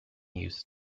use